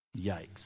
Yikes